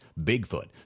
Bigfoot